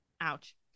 Ouch